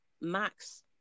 Max